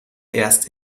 erst